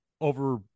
over